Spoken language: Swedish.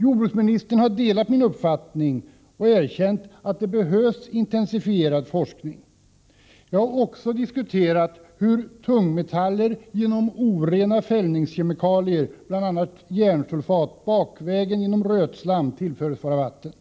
Jordbruksministern har delat min uppfattning och erkänt att det behövs intensifierad forskning. Jag har även diskuterat hur tungmetaller genom orena fällningskemikalier, bl.a. järnsulfat, bakvägen genom rötslam tillförs våra vatten.